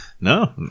No